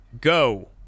go